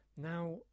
now